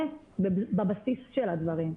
זה בבסיס של הדברים,